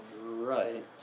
right